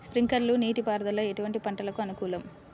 Sprinkler నీటిపారుదల ఎటువంటి పంటలకు అనుకూలము?